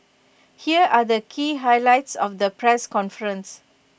here are the key highlights of the press conference